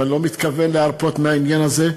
ואני לא מתכוון להרפות מהעניין הזה,